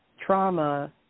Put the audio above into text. trauma